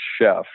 chef